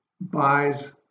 buys